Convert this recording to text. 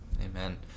Amen